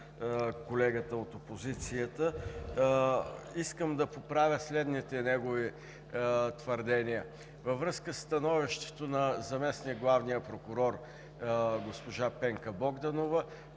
колегата от опозицията. Искам да поправя следните негови твърдения. Във връзка със становището на заместник-главния прокурор госпожа Пенка Богданова,